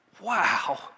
wow